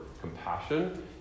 compassion